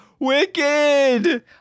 Wicked